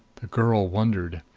the girl wondered.